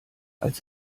als